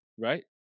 right